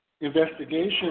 investigation